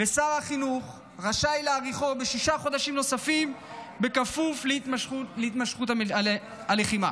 ושר החינוך רשאי להאריכו בשישה חודשים נוספים בכפוף להימשכות הלחימה.